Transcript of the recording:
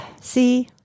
See